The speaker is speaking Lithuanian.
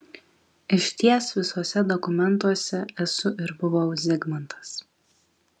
išties visuose dokumentuose esu ir buvau zigmantas